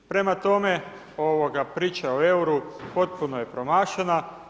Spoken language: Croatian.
Prema tome, priča o euru potpuno je promašena.